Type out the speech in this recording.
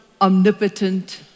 omnipotent